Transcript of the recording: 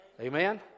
Amen